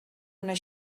una